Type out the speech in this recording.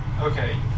Okay